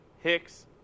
Hicks